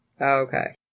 Okay